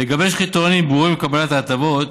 לגבש קריטריונים ברורים לקבלת ההטבות